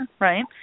right